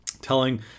telling